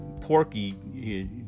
Porky